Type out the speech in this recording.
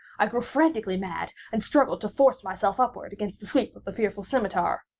i grew frantically mad, and struggled to force myself upward against the sweep of the fearful scimitar.